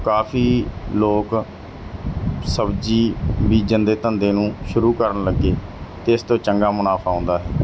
ਕਾਫੀ ਲੋਕ ਸਬਜ਼ੀ ਬੀਜਣ ਦੇ ਧੰਦੇ ਨੂੰ ਸ਼ੁਰੂ ਕਰਨ ਲੱਗੇ ਅਤੇ ਇਸ ਤੋਂ ਚੰਗਾ ਮੁਨਾਫਾ ਆਉਂਦਾ ਹੈ